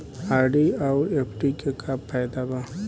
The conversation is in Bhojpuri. आर.डी आउर एफ.डी के का फायदा बा?